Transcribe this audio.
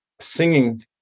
singing